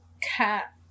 cat